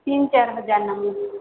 ତିନ୍ ଚାରି ହଜାର ନବୁଁ